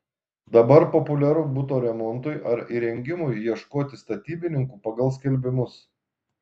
dabar populiaru buto remontui ar įrengimui ieškoti statybininkų pagal skelbimus